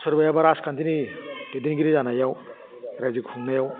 सोरबायाबा राजखान्थिनि दैदेनगिरि जानायाव रायजो खुंनायाव